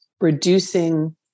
reducing